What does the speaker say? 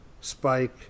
spike